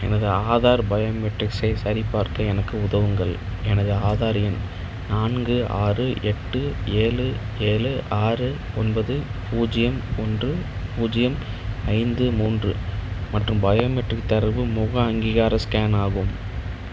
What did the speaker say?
எனது ஆதார் பயோமெட்ரிக்ஸை சரிபார்க்க எனக்கு உதவுங்கள் எனது ஆதார் எண் நான்கு ஆறு எட்டு ஏழு ஏழு ஆறு ஒன்பது பூஜ்ஜியம் ஒன்று பூஜ்ஜியம் ஐந்து மூன்று மற்றும் பயோமெட்ரிக் தரவு முக அங்கீகார ஸ்கேன் ஆகும்